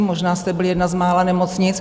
Možná jste byli jedna z mála nemocnic.